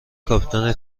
کاپیتان